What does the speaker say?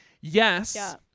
Yes